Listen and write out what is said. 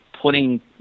putting